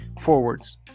forwards